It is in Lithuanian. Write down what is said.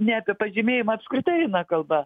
ne apie pažymėjimą apskritai eina kalba